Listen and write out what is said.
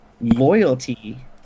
loyalty